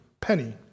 penny